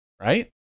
right